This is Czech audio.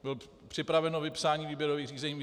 Bylo připraveno vypsání výběrových řízení.